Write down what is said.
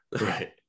Right